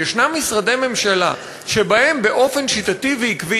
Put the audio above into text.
ויש משרדי ממשלה שבהם באופן שיטתי ועקבי